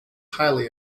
highly